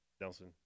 Nelson